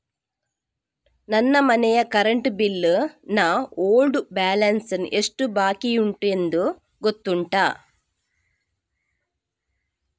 ನನ್ನ ಮನೆಯ current bill ನ ಓಲ್ಡ್ ಬ್ಯಾಲೆನ್ಸ್ ಎಷ್ಟು ಬಾಕಿಯುಂಟೆಂದು ಗೊತ್ತುಂಟ?